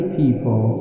people